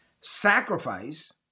Sacrifice